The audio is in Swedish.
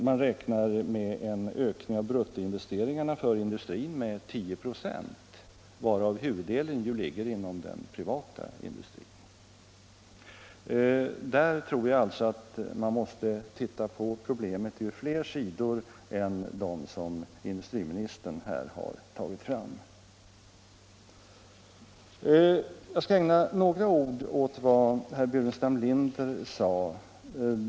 Man räknar med en ökning av bruttoinvesteringarna för industrin på 10 96, varav huvuddelen ligger inom den privata industrin. Där tror jag alltså att man måste se på problemet från fler sidor än vad industriministern här har gjort. Sedan skall jag ägna några ord åt det som herr Burenstam Linder sade.